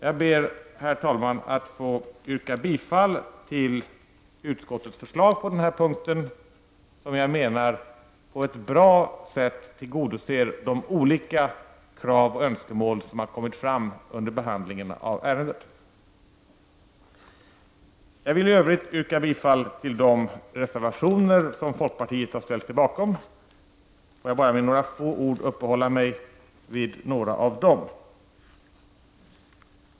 Jag ber, herr talman, att få yrka bifall till utskottets förslag på den här punkten, som jag menar på ett bra sätt tillgodoser de olika krav och önskemål som har kommit fram under behandlingen av ärendet. Jag vill i övrigt yrka bifall till de reservationer som folkpartiet har ställt sig bakom. Får jag bara med några få ord uppehålla mig vid vissa av dem.